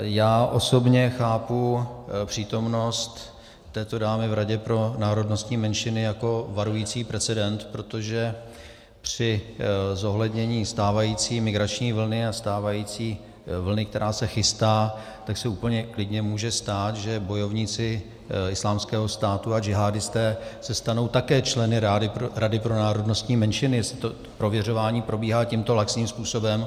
Já osobně chápu přítomnost této dámy v Radě pro národnostní menšiny jako varující precedent, protože při zohlednění stávající migrační vlny a stávající vlny, která se chystá, se úplně klidně může stát, že bojovníci Islámského státu a džihádisté se stanou také členy Rady pro národnostní menšiny, jestli to prověřování probíhá tímto laxním způsobem.